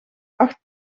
acht